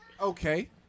Okay